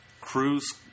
cruise